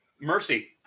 mercy